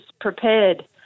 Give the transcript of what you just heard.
prepared